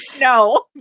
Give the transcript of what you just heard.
no